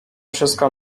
wszystko